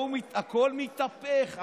והכול מתהפך,